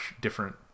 different